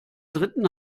dritten